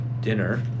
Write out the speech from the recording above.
dinner